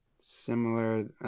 similar